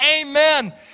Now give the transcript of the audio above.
amen